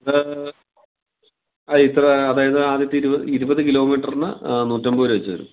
ആ ഇത്ര അതായത് ആദ്യത്തെ ഇരുപത് ഇരുപത് കിലോമീറ്ററിന് നൂറ്റൻപത് രൂപ വെച്ച് വരും